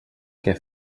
què